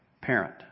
parent